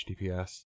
HTTPS